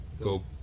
go